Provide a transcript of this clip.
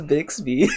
Bixby